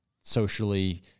socially